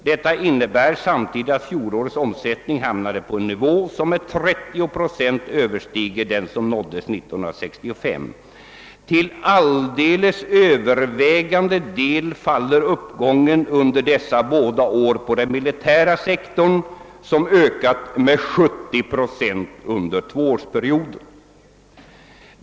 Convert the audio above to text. Detta innebär samtidigt att fjolårets omsättning hamnade på en nivå, som med 30 Z0 överstiger den som nåddes under 1965. Till alldeles övervägande del faller uppgången under dessa båda år på den militära sektorn, som ökat med 70 70 under tvåårsperioden.